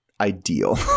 ideal